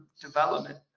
development